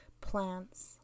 plants